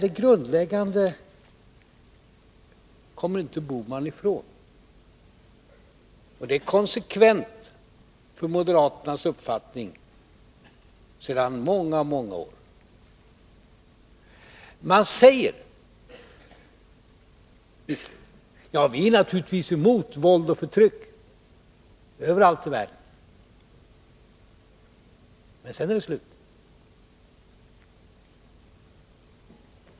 Nej, det grundläggande kommer inte herr Bohman ifrån, och det är konsekvent för moderaternas uppfattning sedan många många år tillbaka. Man säger visserligen: Vi är naturligtvis mot våld och förtryck överallt i världen. Men sedan är det slut.